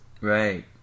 Right